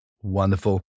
Wonderful